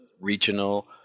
regional